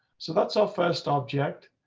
so that's our first object.